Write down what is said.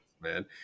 man